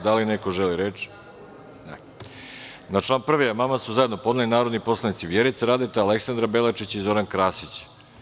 Da li neko želi reč? (Ne) Na član 1. amandman su zajedno podneli narodni poslanici Vjerica Radeta, Aleksandra Belačić i Zoran Krasić.